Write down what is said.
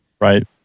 Right